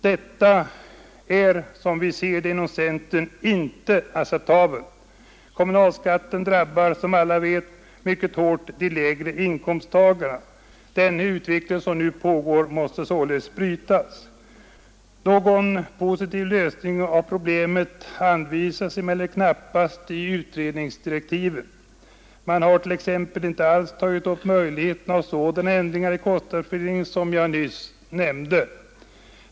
Detta är som vi ser det inom centern inte acceptabelt. Kommunalskatten drabbar, som alla vet, mycket hårt de lägre inkomsttagarna. Den utveckling som nu pågår måste därför brytas. Någon positiv lösning på problemet anvisas emellertid knappast i utredningsdirektiven. Man har t.ex. inte alls tagit upp möjligheten av sådana ändringar i kostnadsfördelningen som jag nyss nämnde.